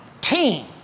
team